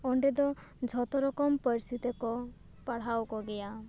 ᱚᱸᱰᱮ ᱫᱚ ᱡᱷᱚᱛᱚ ᱨᱚᱠᱚᱢ ᱯᱟᱹᱨᱥᱤ ᱛᱮᱜᱮᱠᱩ ᱯᱟᱲᱦᱟᱣ ᱠᱚᱜᱮᱭᱟ